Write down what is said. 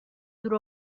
دور